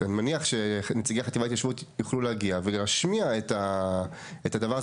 אני מניח שנציגי חטיבת ההתיישבות יוכלו להגיע ולהשמיע את הדבר הזה.